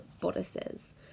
bodices